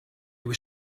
were